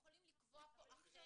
אז אנחנו יכולים לקבוע פה אחרת.